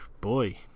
boy